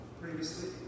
previously